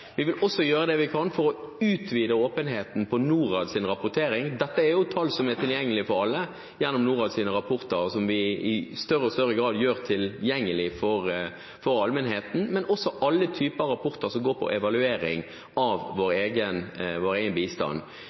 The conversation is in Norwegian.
Vi vil også gjøre det vi kan for å utvide åpenheten om NORADs rapportering – dette er tall som er tilgjengelige for alle gjennom NORADS rapporter, som vi i stadig større grad gjør tilgjengelig for allmennheten – men også for alle typer rapporter som går på evaluering av vår egen bistand.